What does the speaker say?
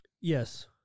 Yes